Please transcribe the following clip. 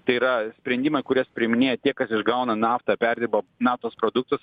tai yra sprendimai kuriuos priiminėja tiek kas išgauna naftą perdirba naftos produktus